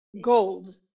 gold